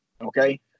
okay